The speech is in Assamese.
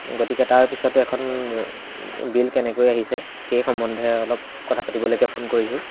গতিকে তাৰপিছতো এখন বিল কেনেকৈ আহিছে সেই সম্বন্ধে অলপ কথা পাতিবলৈকে ফোন কৰিছোঁ